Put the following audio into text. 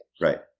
Right